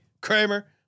Kramer